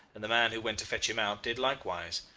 and the man who went to fetch him out did likewise.